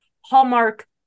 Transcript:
hallmark